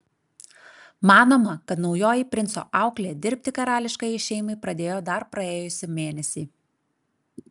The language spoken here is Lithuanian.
manoma kad naujoji princo auklė dirbti karališkajai šeimai pradėjo dar praėjusį mėnesį